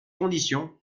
conditions